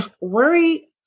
Worry